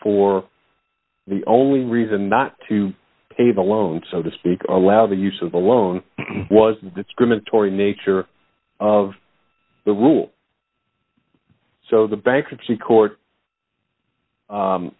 for the only reason not to pay the loan so to speak allow the use of the loan was a discriminatory nature of the rule so the bankruptcy court